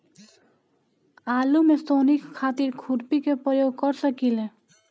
आलू में सोहनी खातिर खुरपी के प्रयोग कर सकीले?